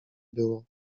było